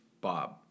Bob